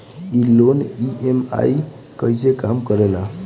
ई loan EMI कईसे काम करेला?